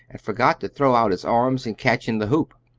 and forgot to throw out his arms and catch in the hoop.